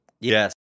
Yes